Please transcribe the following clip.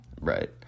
Right